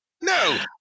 no